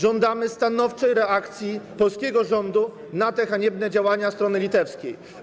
Żądamy stanowczej reakcji polskiego rządu na te haniebne działania strony litewskiej.